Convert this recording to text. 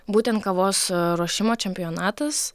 būtent kavos ruošimo čempionatas